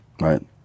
right